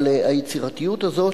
אבל היצירתיות הזו,